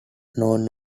known